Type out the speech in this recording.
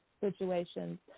situations